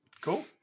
cool